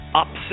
upset